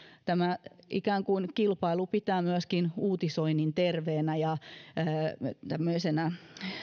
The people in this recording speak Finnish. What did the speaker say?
tämä ikään kuin kilpailu pitää myöskin uutisoinnin terveenä ja myöskin tämmöisenä